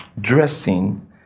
dressing